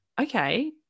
Okay